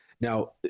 Now